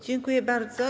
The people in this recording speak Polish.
Dziękuję bardzo.